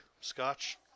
scotch